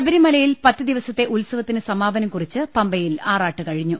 ശബരിമലയിൽ പത്തുദിവസത്തെ ഉത്സവത്തിന് സമാപനം കുറിച്ച് പമ്പയിൽ ആറാട്ട് കഴിഞ്ഞു